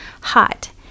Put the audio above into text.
hot